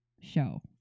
show